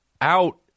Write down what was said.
out